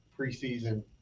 preseason